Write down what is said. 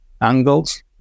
angles